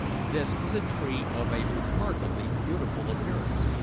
this was a tree of a remarkably beautiful appearance,